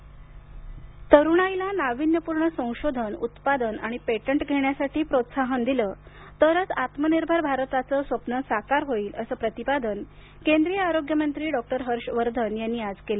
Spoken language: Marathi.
हर्ष वर्धन तरुणाईला नाविन्यपूर्ण संशोधन उत्पादन पेटंट घेण्यासाठी प्रोत्साहन दिलं तरच आत्मनिर्भर भारताचं स्वप्न साकार होईल असं प्रतिपादन केंद्रीय आरोग्य मंत्री हर्ष वर्धन यांनी आज केलं